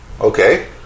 Okay